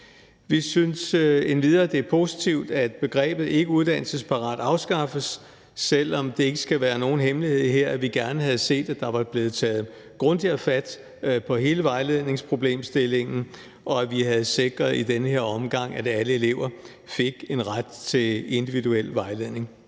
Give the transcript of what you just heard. Vi synes endvidere, at det er positivt, at begrebet ikkeuddannelsesparat afskaffes, selv om det ikke skal være nogen hemmelighed her, at vi gerne havde set, at der var blevet taget grundigere fat på hele vejledningsproblemstillingen, og at vi i den her omgang havde sikret, at alle elever fik en ret til individuel vejledning.